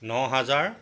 নহাজাৰ